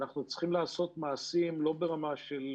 ואנחנו צריכים לעשות מעשים לא ברמה של